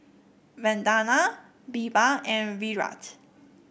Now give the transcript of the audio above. Vandana BirbaL and Virat